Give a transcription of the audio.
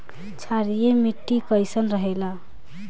क्षारीय मिट्टी कईसन रहेला?